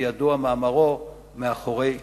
וידוע מאמרו "מאחורי כתלנו".